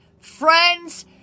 friends